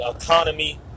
economy